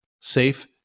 safe